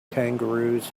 kangaroos